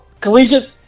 collegiate